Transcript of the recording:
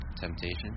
temptation